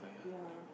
ya